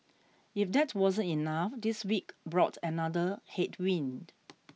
if that wasn't enough this week brought another headwind